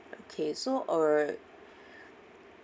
okay so or